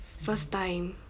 first time